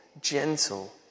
gentle